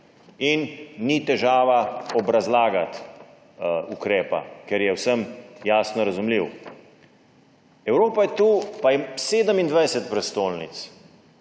in ni težava obrazlagati ukrep, ker je vsem jasno razumljiv. Evropa je tu, 27 prestolnic,